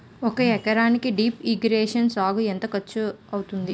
ఒక ఎకరానికి drip irrigation సాగుకు ఎంత ఖర్చు అవుతుంది?